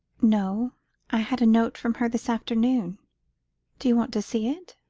no i had a note from her this afternoon do you want to see it?